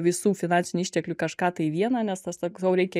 visų finansinių išteklių į kažką tai vieną nes tas sakau reikia